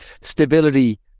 stability